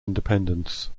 independence